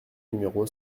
numéro